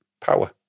power